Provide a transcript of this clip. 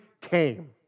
came